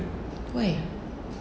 why ah